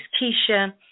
Keisha